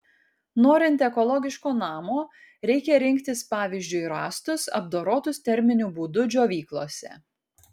norint ekologiško namo reikia rinktis pavyzdžiui rąstus apdorotus terminiu būdu džiovyklose